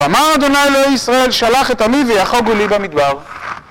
אמר ה' אלוהי ישראל, שלח את עמי ויחוגו לי במדבר.